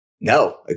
no